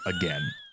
again